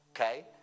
okay